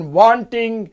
wanting